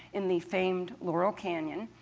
in the famed laurel canyon,